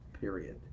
period